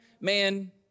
man